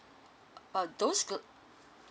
but those